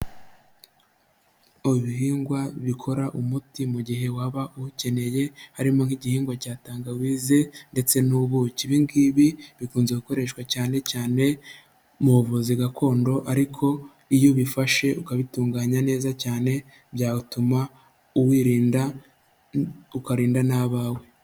Mu bihingwa bikora umuti mu gihe waba uwukeneye, harimo nk'igihingwa cya tangawizi ndetse n'ubuki, ibingibi bikunze gukoreshwa cyane cyane mu buvuzi gakondo ariko iyo ubifashe ukabitunganya neza cyane byatuma uwirinda ukarinda n'abawe.